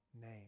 name